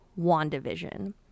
WandaVision